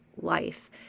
life